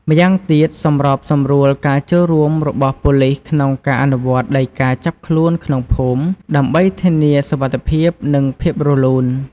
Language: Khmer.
ម្យ៉ាងទៀតសម្របសម្រួលការចូលរួមរបស់ប៉ូលីសក្នុងការអនុវត្តដីកាចាប់ខ្លួនក្នុងភូមិ ដើម្បីធានាសុវត្ថិភាព និងភាពរលូន។